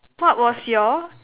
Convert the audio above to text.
what was your